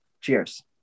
Cheers